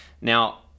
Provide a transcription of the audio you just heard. Now